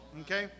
okay